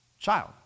child